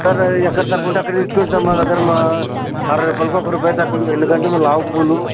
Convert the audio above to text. sir ఎక్కడ తక్కువ ఉంటే అక్కడే తీసుకోండి సార్ మా దగ్గర మా అరవై రూపాయలకి ఒక్క రూపాయి తక్కువకి ఇవ్వం ఎందుకంటే మావి లావు పూలు